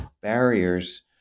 barriers